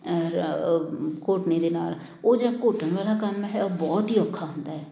ਔਰ ਘੋਟਣੇ ਦੇ ਨਾਲ ਉਹ ਜਿਹੜਾ ਘੋਟਣ ਵਾਲਾ ਕੰਮ ਹੈ ਉਹ ਬਹੁਤ ਹੀ ਔਖਾ ਹੁੰਦਾ